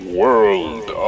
world